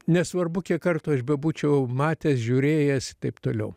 nesvarbu kiek kartų aš bebūčiau matęs žiūrėjęs taip toliau